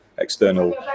external